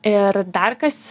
ir dar kas